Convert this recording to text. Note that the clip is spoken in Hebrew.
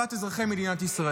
גנבו את הכול.